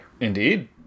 Indeed